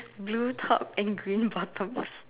blue top and green bottoms